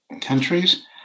countries